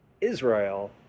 Israel